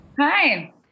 Hi